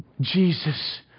Jesus